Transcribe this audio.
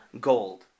gold